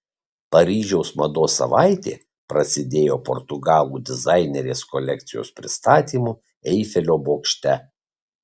paryžiaus mados savaitė prasidėjo portugalų dizainerės kolekcijos pristatymu eifelio bokšte